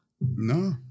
No